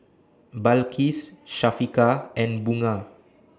Balqis Syafiqah and Bunga